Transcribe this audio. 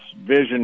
vision